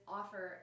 offer